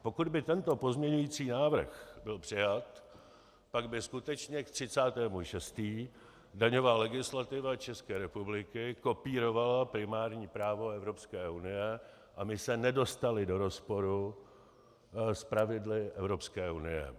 Pokud by tento pozměňovací návrh byl přijat, pak by skutečně ke 30. 6. daňová legislativa České republiky kopírovala primární právo Evropské unie a my se nedostali do rozporu s pravidly Evropské unie.